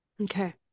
okay